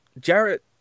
Jarrett